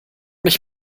mich